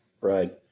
Right